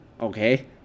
okay